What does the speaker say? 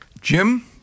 Jim